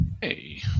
Hey